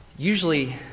Usually